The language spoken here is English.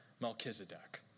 Melchizedek